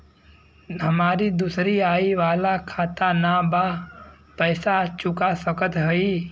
हमारी दूसरी आई वाला खाता ना बा पैसा चुका सकत हई?